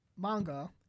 manga